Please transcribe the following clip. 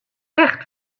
echt